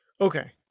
okay